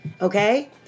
Okay